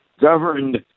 governed